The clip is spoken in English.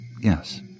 yes